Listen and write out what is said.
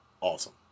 awesome